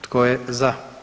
Tko je za?